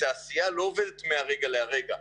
תעשייה לא עובדת מהרגע להרגע.